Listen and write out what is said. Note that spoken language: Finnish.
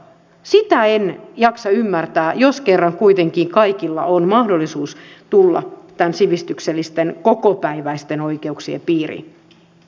sitä en jaksa ymmärtää jos kerran kuitenkin kaikilla on mahdollisuus tulla näiden sivistyksellisten kokopäiväisten oikeuksien piiriin